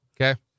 Okay